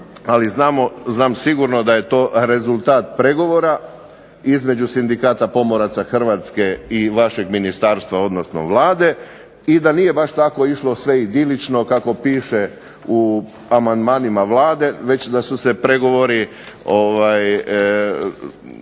ali znam sigurno da je to rezultat pregovora između Sindikata pomoraca Hrvatske i vašeg ministarstva odnosno Vlade i da nije baš tako išlo sve idilično kako piše u amandmanima Vlade, već da su se pregovori